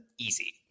easy